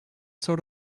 sort